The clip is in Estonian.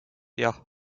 jah